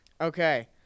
Okay